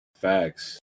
facts